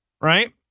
right